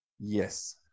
Yes